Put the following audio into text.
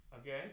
Okay